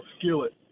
skillet